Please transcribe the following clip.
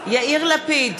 יאיר לפיד,